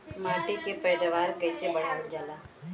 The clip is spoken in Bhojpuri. माटी के पैदावार कईसे बढ़ावल जाला?